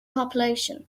population